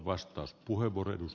arvoisa puhemies